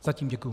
Zatím děkuji.